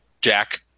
Jack